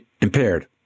impaired